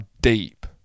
deep